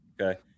Okay